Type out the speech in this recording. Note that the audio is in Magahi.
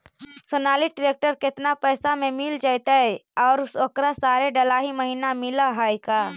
सोनालिका ट्रेक्टर केतना पैसा में मिल जइतै और ओकरा सारे डलाहि महिना मिलअ है का?